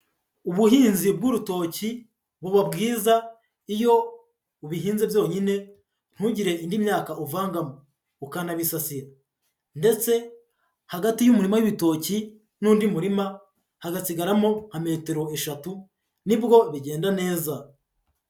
Ubuhinzi bw'urutoki buba bwiza iyo ubihinze byonyine ntugire indi myaka uvangamo, ukanabisasira, ndetse hagati y'umurima w'ibitoki n'undi murima hagasigaramo nka metero eshatu, nibwo bigenda neza.